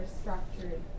structured